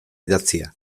idatzia